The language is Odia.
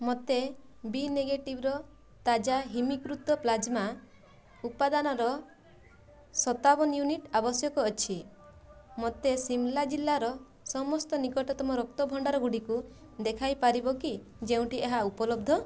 ମୋତେ ବି ନେଗେଟିଭ ର ତାଜା ହିମୀକୃତ ପ୍ଲାଜମା ଉପାଦାନର ସତାବନ ୟୁନିଟ୍ ଆବଶ୍ୟକ ଅଛି ମୋତେ ଶିମ୍ଲା ଜିଲ୍ଲାର ସମସ୍ତ ନିକଟତମ ରକ୍ତ ଭଣ୍ଡାରଗୁଡ଼ିକୁ ଦେଖାଇ ପାରିବ କି ଯେଉଁଠି ଏହା ଉପଲବ୍ଧ